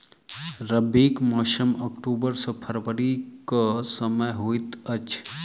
रबीक मौसम अक्टूबर सँ फरबरी क समय होइत अछि